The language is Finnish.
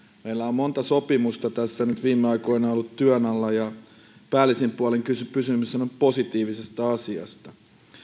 meillä on monta sopimusta tässä nyt viime aikoina ollut työn alla ja päällisin puolinhan kysymys on positiivisesta asiasta